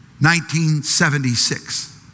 1976